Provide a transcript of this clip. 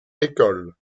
école